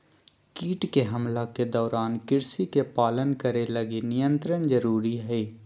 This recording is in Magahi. कीट के हमला के दौरान कृषि के पालन करे लगी नियंत्रण जरुरी हइ